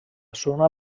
zona